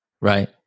Right